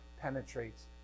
penetrates